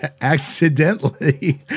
accidentally